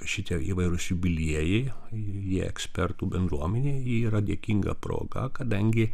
šitie įvairūs jubiliejai jie ekspertų bendruomenei yra dėkinga proga kadangi